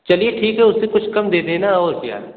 चलिए ठीक है उससे कुछ काम दे देना और क्या